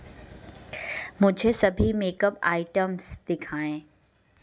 मुझे सभी makeup items दिखाएँ